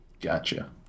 Gotcha